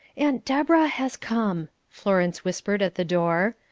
aunt deborah has come, florence whispered at the door.